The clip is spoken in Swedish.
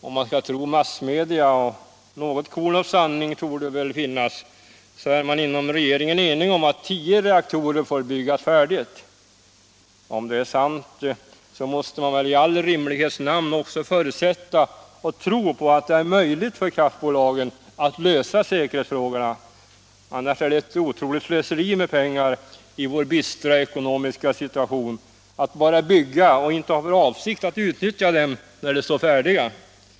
Om vi skall tro massmedias uppgifter — och något korn av sanning torde väl finnas i dem — är man inom regeringen enig om att tio reaktorer får byggas färdiga. Om det är sant måste regeringen väl också i all rimlighets namn förutsätta och tro på att kraftbolagen kan lösa säkerhetsfrågorna. Annars är det ett otroligt slöseri med pengar i vår bistra ekonomiska situation att bara bygga och inte ha för avsikt att utnyttja kraftverken när de står färdiga!